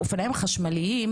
האופניים החשמליים,